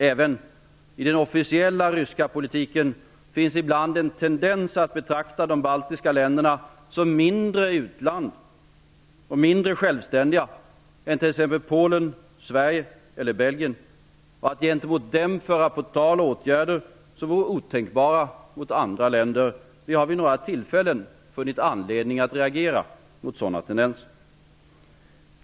Även i den officiella ryska politiken finns ibland en tendens att betrakta de baltiska länderna som mindre utland än t.ex. Polen, Sverige eller Belgien och att gentemot dem föra på tal åtgärder som vore otänkbara mot andra länder. Vi har vid några tillfällen funnit anledning att reagera mot sådana tendenser.